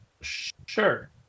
Sure